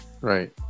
Right